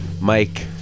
Mike